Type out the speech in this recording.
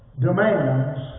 demands